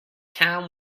town